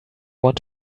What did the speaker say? want